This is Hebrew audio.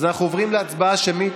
האמת, אני חייבת לשתף אתכם: